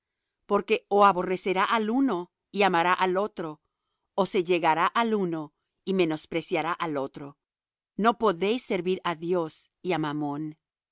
porque ó aborrecerá al uno y amará al otro ó se llegará al uno y menospreciará al otro no podéis servir á dios y á mammón